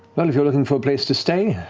well, if you're looking for a place to say,